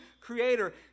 creator